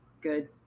Good